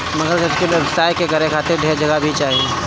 मगरमच्छ के व्यवसाय करे खातिर ढेर जगह भी चाही